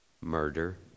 murder